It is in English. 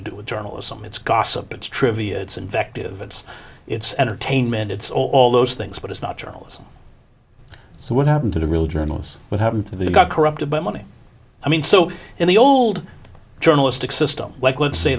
to do with journalism it's gossip it's trivia it's invective it's it's entertainment it's all all those things but it's not journalism so what happened to the real journalists what happened to them got corrupted by money i mean so in the old journalistic system like let's say